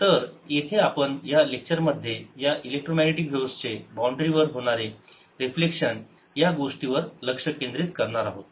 तर येथे आपण या लेक्चर मध्ये या इलेक्ट्रोमॅग्नेटिक व्हेव्स चे बाउंड्री वर होणार रिफ्लेक्शन या गोष्टीवर लक्ष केंद्रित करणार आहोत